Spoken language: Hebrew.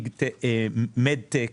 מד-טק,